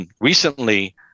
recently